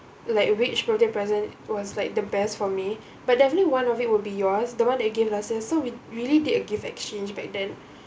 like which birthday present was like the best for me but definitely one of it will be yours the one that you gave last year so we really did a gift exchange back then